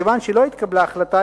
מכיוון שלא התקבלה החלטה,